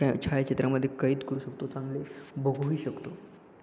का छायाचित्रामध्ये कैद करू शकतो चांगले बघूही शकतो